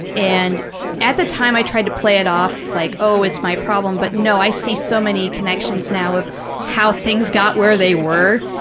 and at the time i tried to play it off like, oh, it's my problem, but no, i see so many connections now of how things got where they were,